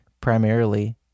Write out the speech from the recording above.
primarily